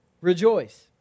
Rejoice